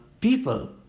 people